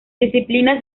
disciplinas